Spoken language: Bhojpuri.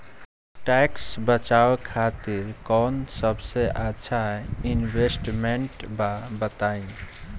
टैक्स बचावे खातिर कऊन सबसे अच्छा इन्वेस्टमेंट बा बताई?